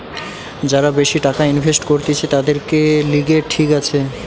যারা বেশি টাকা ইনভেস্ট করতিছে, তাদের লিগে ঠিক আছে